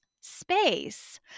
space